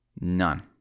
None